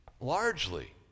Largely